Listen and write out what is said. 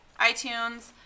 iTunes